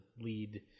lead